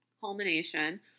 culmination